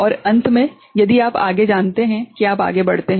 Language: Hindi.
और अंत में यदि आप आगे जानते हैं कि आप आगे बढ़ते हैं